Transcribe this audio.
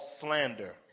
slander